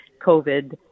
COVID